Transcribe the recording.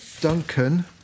Duncan